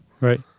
right